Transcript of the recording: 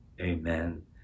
amen